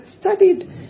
studied